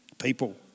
people